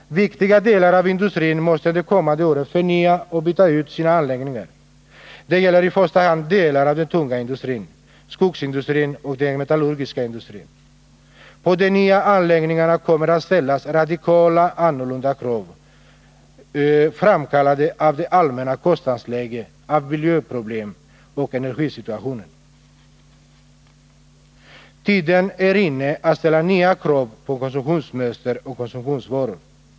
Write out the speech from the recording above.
Viktiga delar av industrin måste de kommande åren förnya och byta ut sina anläggningar. Det gäller i första hand delar av den tunga industrin, skogsindustrin och den metallurgiska industrin. På de nya anläggningarna kommer att ställas radikalt annorlunda krav, framkallade av det allmänna kostnadsläget, av miljöproblemen och av energisituationen. Tiden är inne att ställa nya krav på konsumtionsmönster och konsumtionsvaror.